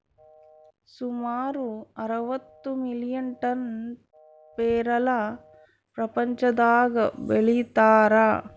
ಸುಮಾರು ಅರವತ್ತು million ton ಪೇರಲ ಪ್ರಪಂಚದಾಗ ಬೆಳೀತಾರ